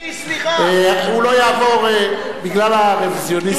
סליחה, הוא לא יעבור בגלל הרוויזיוניסטים.